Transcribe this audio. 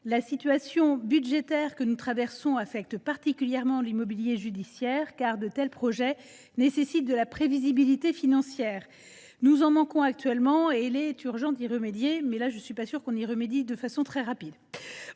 La situation budgétaire que nous traversons affecte particulièrement l’immobilier judiciaire, car de tels projets nécessitent de la prévisibilité financière. Nous en manquons actuellement, et il est urgent d’y remédier. Je ne suis, hélas ! pas certaine que nous y